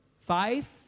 Five